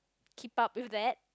keep up with that